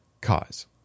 cause